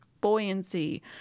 buoyancy